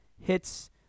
hits